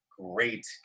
Great